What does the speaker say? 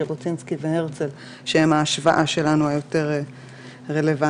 ז'בוטינסקי והרצל שהם ההשוואה שלנו שיותר רלוונטית.